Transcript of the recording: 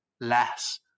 less